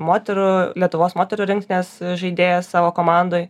moterų lietuvos moterų rinktinės žaidėjas savo komandoj